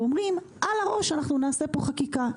ואומרים: על הראש אנחנו נעשה פה חקיקה.